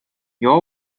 your